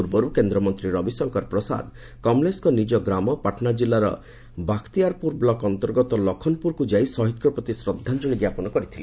ପୂର୍ବରୁ କେନ୍ଦ୍ରମନ୍ତ୍ରୀ ରବିଶଙ୍କର ପ୍ରସାଦ କମଲେଶଙ୍କ ନିଜ ଗ୍ରାମ ପାଟନା ଜିଲ୍ଲାର ବାଖାତିଆରପୁର ବ୍ଲକ ଅନ୍ତର୍ଗତ ଲଖନପୁରକୁ ଯାଇ ଶହୀଦଙ୍କ ପ୍ରତି ଶ୍ରଦ୍ଧାଞ୍ଜଳି ଜ୍ଞାପନ କରିଥିଲେ